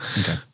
okay